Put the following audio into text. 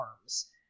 arms